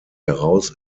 heraus